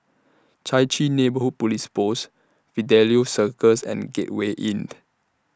Chai Chee Neighbourhood Police Post Fidelio Circus and Gateway Inn